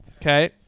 Okay